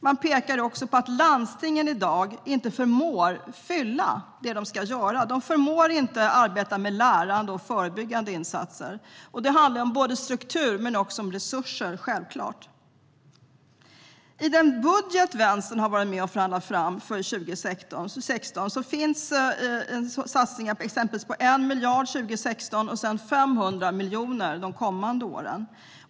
Man pekar också på att landstingen i dag inte förmår göra allt det de ska. De förmår inte arbeta med lärande och förebyggande insatser. Det handlar om struktur men självfallet också om resurser. I den budget Vänstern har varit med och förhandlat fram för 2016 finns satsningar på exempelvis 1 miljard 2016 och sedan 500 miljoner de kommande åren.